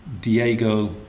Diego